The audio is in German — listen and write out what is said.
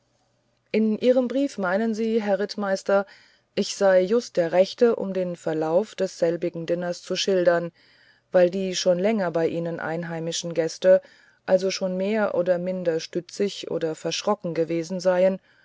in ihrem brief meinen sie herr rittmeister ich sei just der rechte um den verlauf desselbigen diners zu schildern weil die schon länger bei ihnen einheimischen gäste alle schon mehr oder minder stützig und verschrocken gewesen seien